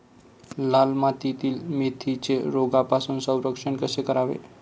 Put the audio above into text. लाल मातीतील मेथीचे रोगापासून संरक्षण कसे करावे?